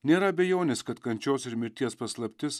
nėra abejonės kad kančios ir mirties paslaptis